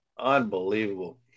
Unbelievable